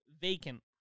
vacant